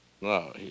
No